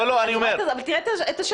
לא, לא, אני אומר -- תראה את השעה.